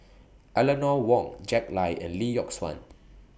Eleanor Wong Jack Lai and Lee Yock Suan